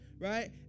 right